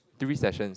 three sessions